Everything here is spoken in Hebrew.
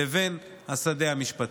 לבין השדה המשפטי.